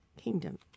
kingdom